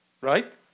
right